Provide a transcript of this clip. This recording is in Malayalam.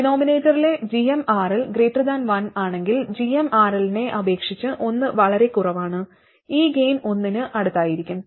ഡിനോമിനേറ്ററിലെ gmRL 1 ആണെങ്കിൽ gmRL നെ അപേക്ഷിച്ച് 1 വളരെ കുറവാണ് ഈ ഗൈൻ 1 ന് അടുത്തായിരിക്കും